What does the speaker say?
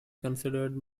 considered